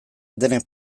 denek